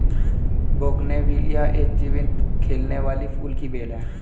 bougainvillea एक जीवंत खिलने वाली फूल की बेल है